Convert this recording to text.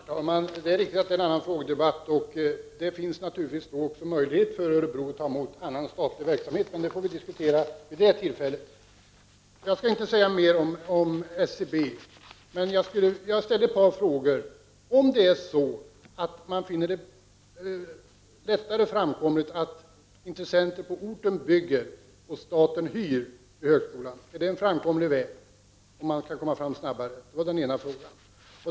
Herr talman! Det är riktigt att det är en annan frågedebatt. Det finns naturligtvis då också möjlighet för Örebro att ta emot annan statlig verksamhet, men det får vi diskutera vid det tillfället. Jag skall inte säga mer om SCB. Jag ställde ett par frågor. Om man finner det lämpligt att intressenter på orten bygger och staten hyr, är det en framkomlig väg, om man vill komma fram snabbare?